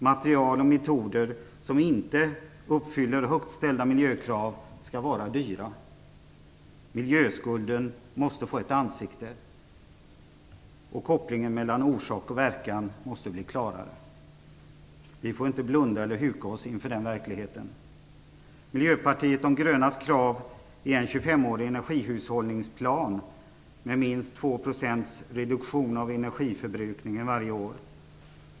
Material och metoder som inte uppfyller högt ställda miljökrav skall vara dyra. Miljöskulden måste få ett ansikte, och kopplingen mellan orsak och verkan måste bli klarare. Vi får inte blunda eller huka oss inför den verkligheten. Miljöpartiet de grönas krav är en 25-årig energihushållningsplan med minst 2 % reduktion av energiförbrukningen varje år.